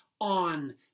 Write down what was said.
on